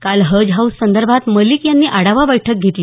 काल हज हाऊस संदर्भात मलिक यांनी आढावा बैठक घेतली